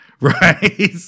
right